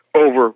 over